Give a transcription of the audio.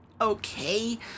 okay